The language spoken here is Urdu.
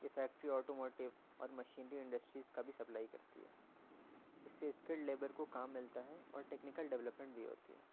یہ فیکٹری آٹو موٹیو اور مشینری انڈسٹریز کا بھی سپلائی کرتی ہے اس سے اسکل لیبر کو کام ملتا ہے اور ٹیکنیکل ڈیولپمنٹ بھی ہوتی ہے